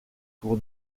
pour